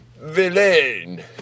Villain